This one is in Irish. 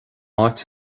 áit